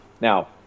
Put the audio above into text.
Now